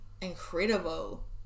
incredible